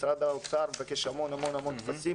משרד האוצר מבקש המון טפסים